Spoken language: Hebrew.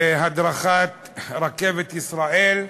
בהדרכת רכבת ישראל,